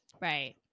Right